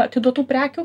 atiduotų prekių